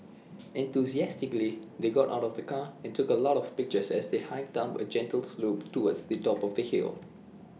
enthusiastically they got out of the car and took A lot of pictures as they hiked up A gentle slope towards the top of the hill